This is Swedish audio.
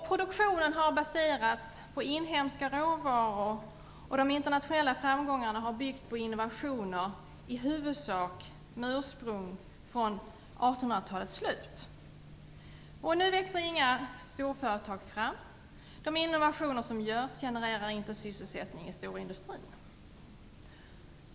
Produktionen har baserats på inhemska råvaror, och de internationella framgångarna har byggt på innovationer, i huvudsak med ursprung från 1800 Nu växer inga storföretag fram; de innovationer som görs genererar inte sysselsättningen i storindistrin.